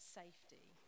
safety